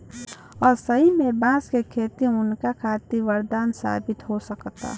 अईसे में बांस के खेती उनका खातिर वरदान साबित हो सकता